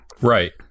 Right